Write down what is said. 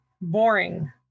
boring